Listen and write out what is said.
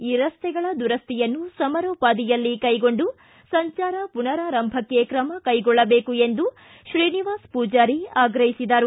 ಈ ರಸ್ತೆಗಳ ದುರಸ್ಥಿಯನ್ನು ಸಮರೋಪಾದಿಯಲ್ಲಿ ಕೈಗೊಂಡು ಸಂಜಾರ ಪುನರಾರಂಭಕ್ಕೆ ಕ್ರಮ ಕೈಗೊಳ್ಳಬೇಕು ಎಂದು ಶ್ರೀನಿವಾಸ ಪೂಜಾರಿ ಆಗ್ರಹಿಸಿದರು